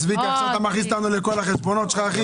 צביקה, עכשיו אתה מכניס אותנו לכל החשבונות שלך?